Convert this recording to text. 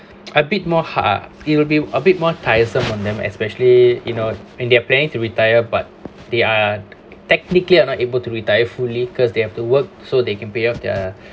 a bit more hard it'll be a bit more tiresome on them especially you know in their planning retired but they are technically are not able to retire fully cause they have to work so they can pay off their